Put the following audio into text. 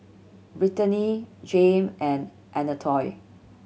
Brittani Jame and Anatole